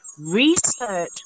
research